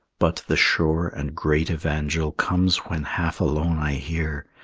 but the sure and great evangel comes when half alone i hear,